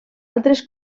altres